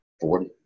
Forty